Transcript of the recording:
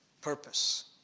purpose